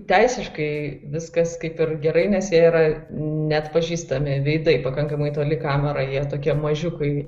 teisiškai viskas kaip ir gerai nes jie yra neatpažįstami veidai pakankamai toli kamera jie tokie mažiukai